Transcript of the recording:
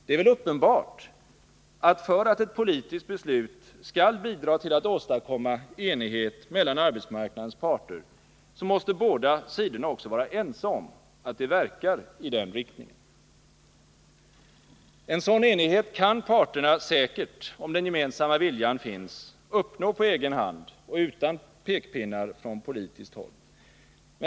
Det är väl uppenbart att för att ett politiskt beslut skall kunna bidra till att åstadkomma enighet mellan arbetsmarknadens parter, så måste båda sidor vara ense om att det verkar i den riktningen. En sådan enighet kan parterna säkert — om den gemensamma viljan finns — uppnå på egen hand och utan pekpinnar från politiskt håll.